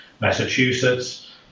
Massachusetts